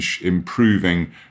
improving